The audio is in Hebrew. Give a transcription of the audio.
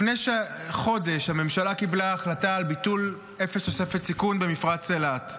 לפני חודש הממשלה קיבלה החלטה על ביטול "אפס תוספת סיכון" במפרץ אילת.